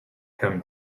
him